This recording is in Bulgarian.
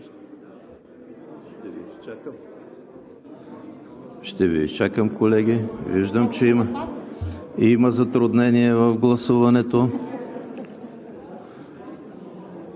Ще Ви изчакам, виждам, че има затруднения в гласуването.